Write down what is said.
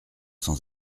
sans